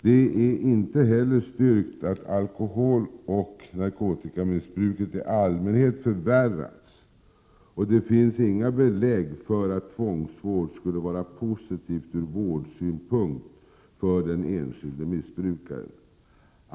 Det är inte styrkt att alkoholoch narkotikamissbruket i allmänhet förvärrats, och det finns inga belägg för att tvångsvård skulle vara positiv ur vårdsynpunkt för den enskilde missbrukaren.